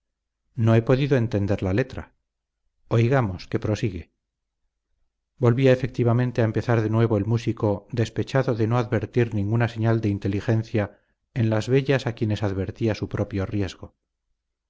no he podido entender la letra oigamos que prosigue volvía efectivamente a empezar de nuevo el músico despechado de no advertir ninguna señal de inteligencia en las bellas a quienes advertía su propio riesgo